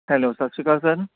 hello ਸਤਿ ਸ਼੍ਰੀ ਅਕਾਲ ਸਰ